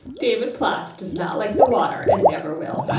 david plotz does not like the water and never will